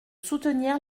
soutenir